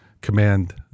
Command